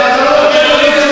ואתה לא נותן לי לענות